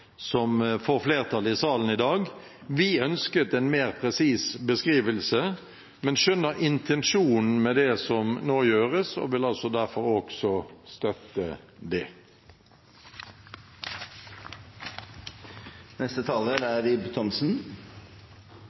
får flertall i salen i dag. Vi ønsket en mer presis beskrivelse, men skjønner intensjonen med det som nå gjøres, og vil derfor også støtte det. Vår oppgave i denne sal er